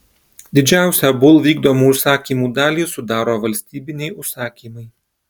didžiausią bull vykdomų užsakymų dalį sudaro valstybiniai užsakymai